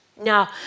Now